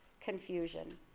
confusion